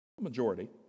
Majority